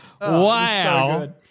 Wow